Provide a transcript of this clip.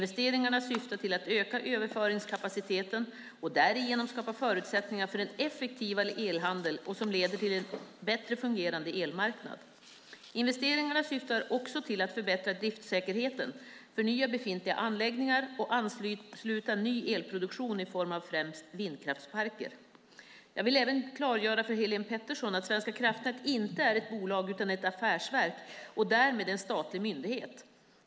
Investeringarna syftar till att öka överföringskapaciteten och därigenom skapa förutsättningar för en effektivare elhandel som leder till en bättre fungerande elmarknad. Investeringarna syftar också till att förbättra driftsäkerheten, förnya befintliga anläggningar och ansluta ny elproduktion i form av främst vindkraftsparker. Jag vill även klargöra för Helene Petersson att Svenska kraftnät inte är ett bolag utan ett affärsverk och därmed en statlig myndighet.